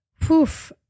poof